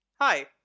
Hi